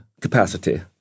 capacity